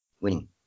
winning